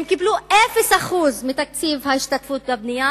הם קיבלו אפס אחוז מתקציב ההשתתפות בבנייה,